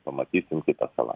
pamatysim kitą savaitę